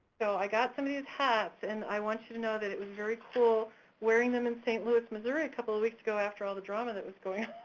so i got some of these hats and i want you to know that it was very cool wearing them in st. louis, missouri a couple weeks ago after all the drama that was going